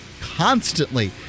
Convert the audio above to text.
constantly